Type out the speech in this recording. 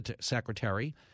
secretary